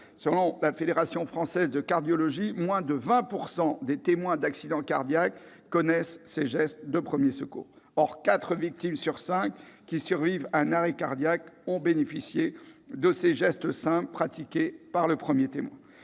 Selon la Fédération française de cardiologie, moins de 20 % des témoins d'accidents cardiaques connaissent les gestes de premiers secours. Or, quatre victimes sur cinq qui survivent à un arrêt cardiaque ont bénéficié de ces gestes simples pratiqués par le premier témoin.